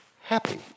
happy